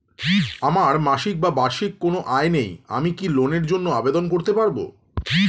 আমার মাসিক বা বার্ষিক কোন আয় নেই আমি কি লোনের জন্য আবেদন করতে পারব?